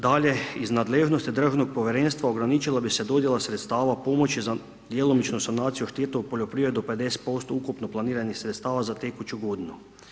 Dalje, iz nadležnosti državnog povjerenstva ograničila bi se dodjela sredstava pomoći za djelomičnu sanaciju od šteta u poljoprivredi do 50% ukupno planiranih sredstava za tekuću godinu.